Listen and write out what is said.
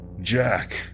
Jack